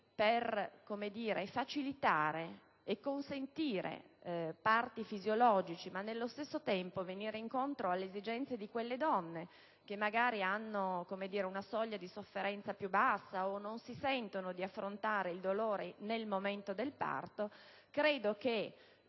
Per facilitare parti fisiologici e nello stesso tempo venire incontro alle esigenze di quelle donne che hanno una soglia di sofferenza più bassa o non si sentono di affrontare il dolore nel momento del parto, credo sia